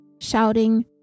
shouting